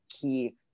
key